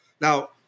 Now